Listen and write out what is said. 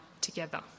together